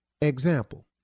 Example